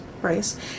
price